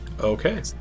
Okay